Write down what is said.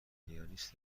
پیانیست